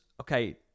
okay